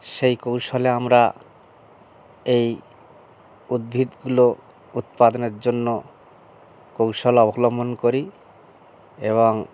সেই কৌশলে আমরা এই উদ্ভিদগুলো উৎপাদনের জন্য কৌশল অবলম্বন করি এবং